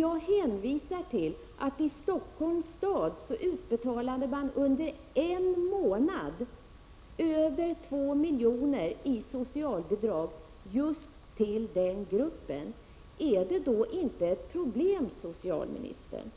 Jag hänvisar till att man i Stockholms stad under en månad utbetalade över 2 miljoner i socialbidrag just till den gruppen. Är det då inte ett problem, socialministern?